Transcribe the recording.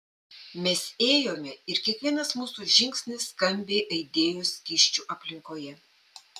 mes ėjome ir kiekvienas mūsų žingsnis skambiai aidėjo skysčių aplinkoje